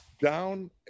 down